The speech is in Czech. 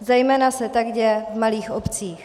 Zejména se tak děje v malých obcích.